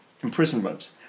imprisonment